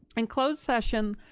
in closed session,